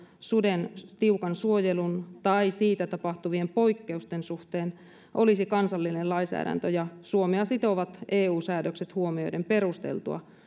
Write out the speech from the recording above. suden tiukan suojelun tai siitä tapahtuvien poikkeusten suhteen olisi kansallinen lainsäädäntö ja suomea sitovat eu säädökset huomioiden perusteltua